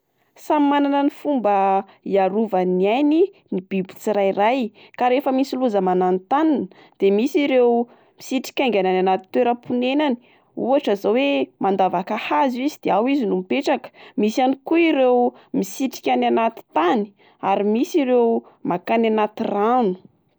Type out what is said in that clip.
Samy manana ny fomba iarovany ny ainy ny biby tsirairay, ka rehefa misy loza mananontanina de misy ireo misitrika aingana any anaty toeram-ponenany ohatra zao oe mandavaka hazo izy de ao izy no mipetraka, misy ihany koa ireo misitrika any anaty tany, ary misy ireo makany anaty rano.